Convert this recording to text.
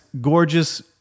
gorgeous